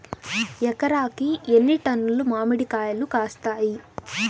ఎకరాకి ఎన్ని టన్నులు మామిడి కాయలు కాస్తాయి?